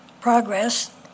progress